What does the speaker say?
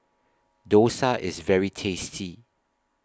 Dosa IS very tasty